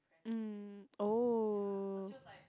mm oh